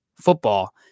football